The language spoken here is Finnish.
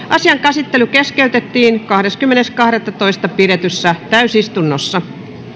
asian käsittely keskeytettiin kahdeskymmenes kahdettatoista kaksituhattakahdeksantoista pidetyssä täysistunnossa